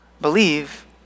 Believe